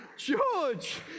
George